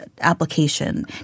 application